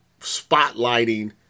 spotlighting